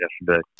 yesterday